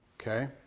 Okay